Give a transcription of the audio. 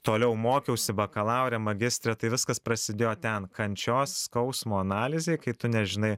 toliau mokiausi bakalaure magistre tai viskas prasidėjo ten kančios skausmo analizėj kai tu nežinai